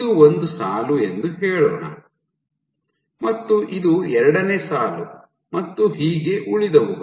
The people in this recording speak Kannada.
ಇದು ಒಂದು ಸಾಲು ಎಂದು ಹೇಳೋಣ ಮತ್ತು ಇದು ಎರಡನೇ ಸಾಲು ಮತ್ತು ಹೀಗೆ ಉಳಿದವುಗಳು